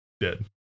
Dead